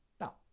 now